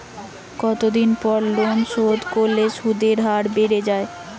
কতদিন পর লোন শোধ করলে সুদের হার বাড়ে য়ায়?